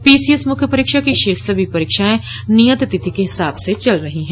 PCS मुख्य परीक्षा की शेष सभी परीक्षाएं नियत तिथि के हिसाब से चल रही है